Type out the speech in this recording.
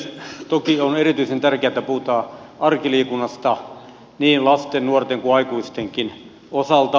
toki on erityisen tärkeää että puhutaan arkiliikunnasta niin lasten nuorten kuin aikuistenkin osalta